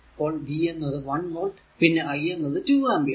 അപ്പോൾ V എന്നത് 1 volt പിന്നെ I എന്നത് 2 ആംപിയർ